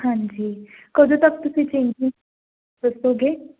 ਹਾਂਜੀ ਕਦੋਂ ਤੱਕ ਤੁਸੀਂ ਚੇਂਜ ਦੱਸੋਗੇ